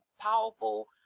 powerful